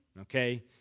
okay